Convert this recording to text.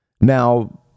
Now